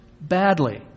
badly